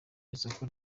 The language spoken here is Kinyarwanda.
isoko